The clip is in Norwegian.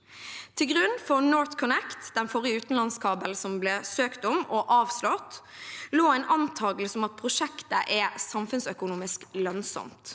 Til grunn for NorthConnect, den forrige utenlandskabelen som ble søkt om, og avslått, lå en antakelse om at prosjektet er samfunnsøkonomisk lønnsomt,